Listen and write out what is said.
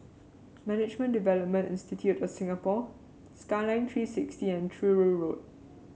Management Development Institute of Singapore Skyline Three sixty and Truro Road